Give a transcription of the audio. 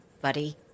buddy